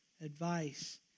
advice